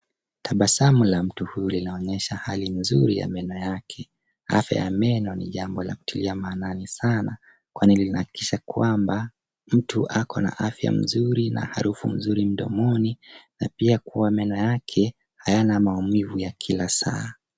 Tabasamu la mtu huyu linaonyesha hali nzuri ya meno yake. Afya ya meno ni jambo la kutilia maanani sana kwani linahakikisha kwamba mtu au akona afya nzuri na harufu nzuri mdomoni na pia meno kuwa meno yake hayana maumivu ya kila saa.